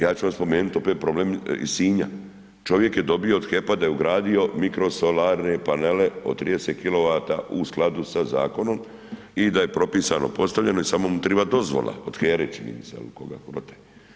Ja ću vam spomenuti opet problem iz Sinja, čovjek je dobio od HEP-a da je ugradio mikrosolarne panele od 30 kW u skladu sa zakonom i da je propisano postavljeno i samo mu treba dozvola od HERA-e, čini mi se ili koga god.